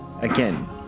again